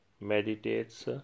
meditates